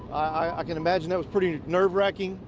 i can imagine that was pretty nerve-wracking.